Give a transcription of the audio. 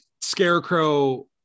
scarecrow